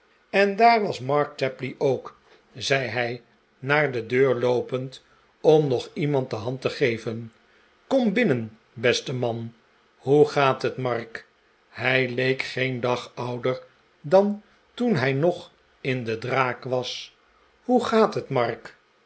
en daar is mark tapley ook zei hij naar de deur loopend om nog iemand de hand te geven kom binnen beste man hoe gaat het mark hij lijkt geen dag ouder dan toen hij nog in de draak was hoe gaat het mark